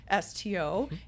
STO